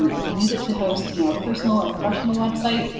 you can use it to host you know a personal or professional website.